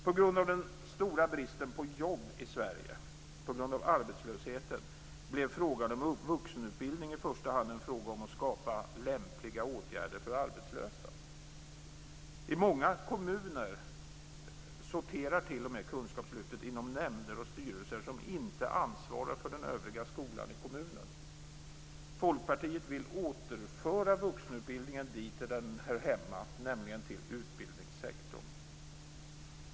På grund av den stora bristen på jobb i Sverige - på grund av arbetslösheten - blev frågan om vuxenutbildning i första hand en fråga om att skapa "lämpliga åtgärder för arbetslösa". I många kommuner sorterar t.o.m. kunskapslyftet inom nämnder och styrelser som inte ansvarar för den övriga skolan i kommunen. Folkpartiet vill återföra vuxenutbildningen dit där den hör hemma, nämligen till utbildningssektorn.